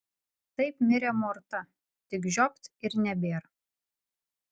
taip mirė morta tik žiopt ir nebėr